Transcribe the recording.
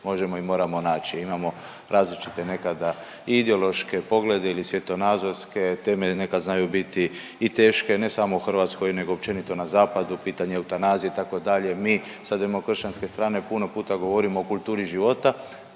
možemo i moramo naći. Imamo različite nekada i ideološke poglede ili svjetonazorske temeljne kad znaju biti i teške, ne samo u Hrvatskoj nego općenito na Zapade, pitanje eutanazije itd.. Mi sa demokršćanske strane puno puta govorimo o kulturi života,